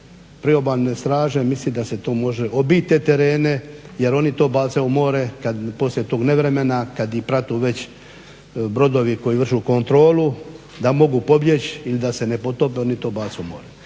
priobalne straže, mislim da se to može obići te terene, jer oni to bacaju u more poslije tog nevremena, kad ih prate već brodovi koji vrše kontrolu, da mogu pobjeći ili da se ne potope oni to bace u more.